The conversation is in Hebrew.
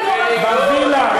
בניגוד,